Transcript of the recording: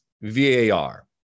VAR